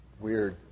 weird